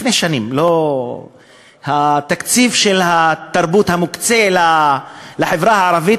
לפני שנים: התקציב של התרבות המוקצה לחברה הערבית,